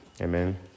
Amen